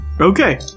Okay